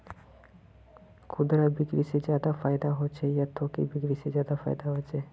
खुदरा बिक्री से ज्यादा फायदा होचे या थोक बिक्री से ज्यादा फायदा छे?